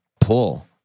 pull